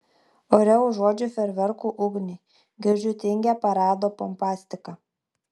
ore užuodžiu fejerverkų ugnį girdžiu tingią parado pompastiką